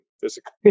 physically